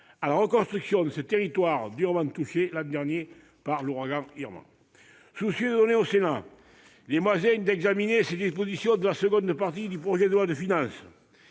à la reconstruction de ce territoire durement touché l'an dernier par l'ouragan Irma. Soucieuse de donner au Sénat les moyens d'examiner les dispositions de la seconde partie du projet de loi de finances